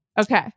Okay